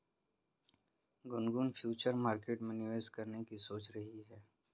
Gungun future market में निवेश करने की सोच रही है